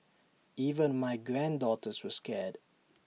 even my granddaughters were scared